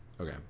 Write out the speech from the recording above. Okay